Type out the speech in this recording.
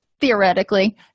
Theoretically